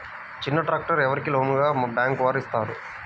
చిన్న ట్రాక్టర్ ఎవరికి లోన్గా బ్యాంక్ వారు ఇస్తారు?